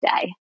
day